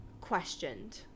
questioned